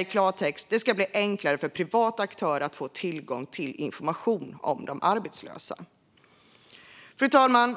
I klartext: Det ska bli enklare för privata aktörer att få tillgång till information om de arbetslösa. Fru talman!